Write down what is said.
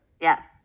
Yes